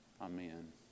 Amen